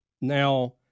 Now